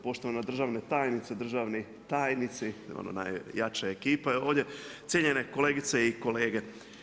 Poštovana državna tajnice, državni tajnici, najjača ekipa je ovdje, cijenjene kolegice i kolege.